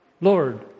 Lord